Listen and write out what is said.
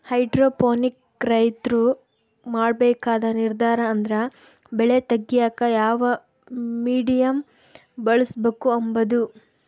hydroponic ರೈತ್ರು ಮಾಡ್ಬೇಕಾದ ನಿರ್ದಾರ ಅಂದ್ರ ಬೆಳೆ ತೆಗ್ಯೇಕ ಯಾವ ಮೀಡಿಯಮ್ ಬಳುಸ್ಬಕು ಅಂಬದು